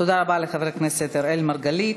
תודה רבה לחבר הכנסת אראל מרגלית.